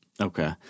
Okay